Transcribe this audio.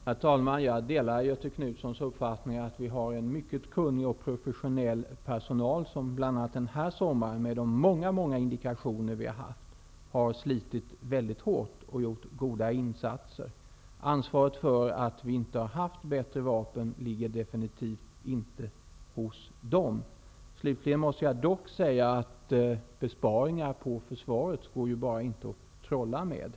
Herr talman! Jag delar Göthe Knutsons uppfattning att vi har en mycket kunnig och professionell personal, som bl.a. den här sommaren, med de många många indikationer som har förekommit, har slitit väldigt hårt och gjort goda insatser. Ansvaret för att vi inte har haft bättre vapen ligger definitivt inte hos försvarets personal. Slutligen måste jag dock säga att besparingar på försvaret inte går att trolla med.